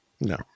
No